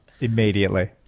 immediately